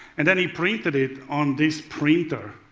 and then he printed it on this printer.